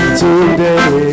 today